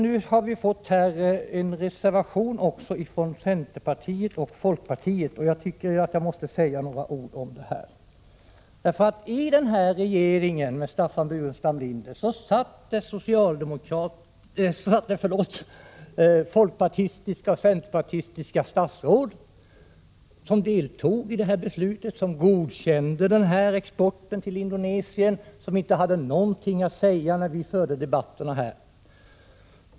Nu föreligger en reservation också från centerpartiet och folkpartiet, och jag tycker att jag måste säga några ord om den. I den regering som Staffan Burenstam Linder ingick i fanns nämligen också folkpartistiska och centerpartistiska statsråd, som var med om att fatta beslut om och godkänna den export till Indonesien som jag nyss talade om. De hade då inte någonting att säga när vi påtalade saken i debatterna.